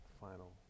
final